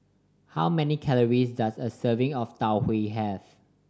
how many calories does a serving of Tau Huay have